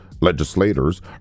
Legislators